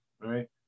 Right